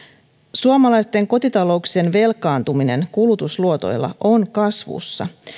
suomalaisten kotitalouksien velkaantuminen kulutusluotoilla on kasvussa